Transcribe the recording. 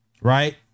Right